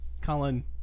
Colin